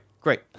Great